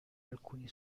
alcuni